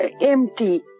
empty